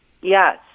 yes